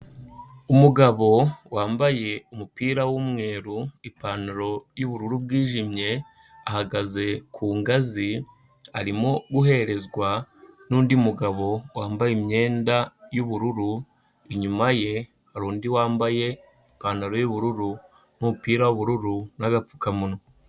Umugabo wambaye umupira w'umweru, ipantaro y'ubururu bwijimye, ahagaze ku ngazi, arimo guherezwa n'undi mugabo wambaye imyenda y'ubururu, inyuma ye hari undi wambaye ipantaro y'ubururu n'umupira w'ubururu n'agapfukamunwa.